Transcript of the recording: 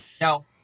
Now